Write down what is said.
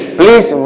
please